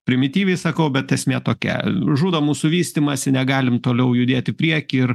primityviai sakau bet esmė tokia žudo mūsų vystymąsi negalie toliau judėt į priekį ir